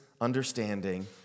understanding